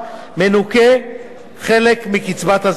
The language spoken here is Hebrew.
מנוכה חלק מקצבת הזיקנה.